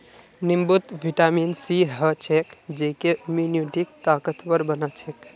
नींबूत vitamin C ह छेक जेको इम्यूनिटीक ताकतवर बना छेक